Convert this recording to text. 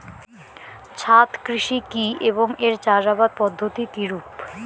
ছাদ কৃষি কী এবং এর চাষাবাদ পদ্ধতি কিরূপ?